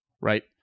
right